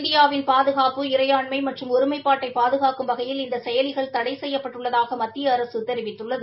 India வின் பாதகாப்பு இறையாண்மை மற்றும் ஒருமைப்பாட்டை பாதகாப்பும் வகையில் இந்த செயலிகள் தடை செய்யப்பட்டுள்ளதாக மத்திய அரசு தெரிவித்துள்ளது